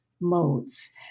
modes